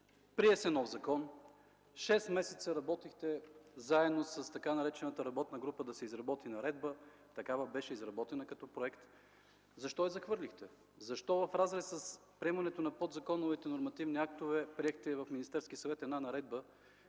прие се нов закон – шест месеца работихте заедно с така наречената работна група, за да се изработи наредба. Такава беше изработена като проект. Защо я захвърлихте? Защо в разрез с приемането на подзаконовите нормативни актове приехте в Министерския съвет наредба,